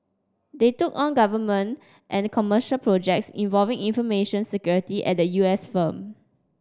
they took on government and commercial projects involving information security at the U S firm